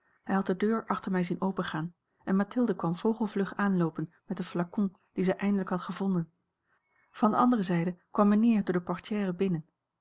de deur achter mij zien opengaan en mathilde kwam vogelvlug aanloopen met den flacon dien zij eindelijk had gevonden van de andere zijde kwam mijnheer door de portière binnen